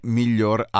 miglior